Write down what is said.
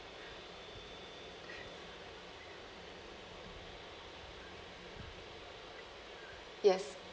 yes